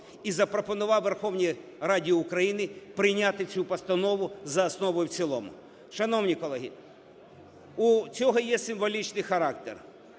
І запропонував Верховній Раді України прийняти цю постанову за основу і в цілому. Шановні колеги, у цього є символічний характер.